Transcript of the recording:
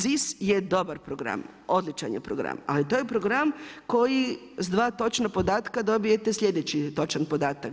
ZIS je dobar program, odličan je program, ali to je program koji s dva točna podatka dobijete slijedeći točan podatak.